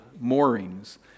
moorings